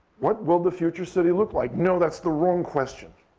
what will the future city look like? no, that's the wrong question.